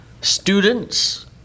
students